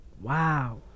Wow